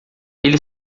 ele